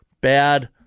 bad